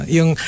Yung